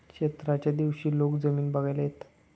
क्षेत्राच्या दिवशी लोक जमीन बघायला येतात